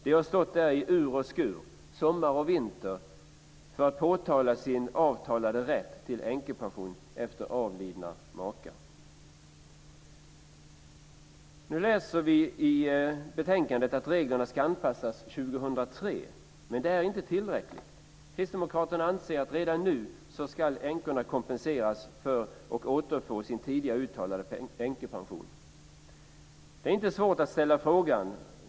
De har stått där i ur och skur sommar och vinter för att påtala sin avtalade rätt till änkepension efter avlidna makar. Nu läser vi i betänkandet att reglerna ska anpassas år 2003, men det är inte tillräckligt. Kristdemokraterna anser att änkorna ska kompenseras redan nu och återfå sin tidigare utbetalade änkepension. Det är inte svårt att ställa frågan.